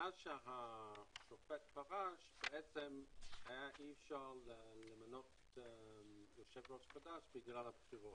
מאז שהשופט פרש אי אפשר היה למנות יושב ראש חדש בגלל הבחירות.